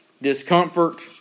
Discomfort